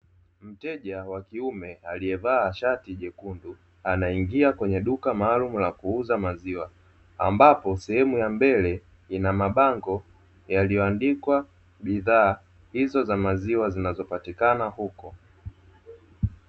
Mteja wa kiume aliyevaa shati nyekundu anaingia kwenye duka maalumu la kuuza maziwa, ambapo sehemu ya mbele ina mabango yaliyoandikwa bidhaa hizo za maziwa zinazopatikana huko.